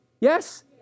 Yes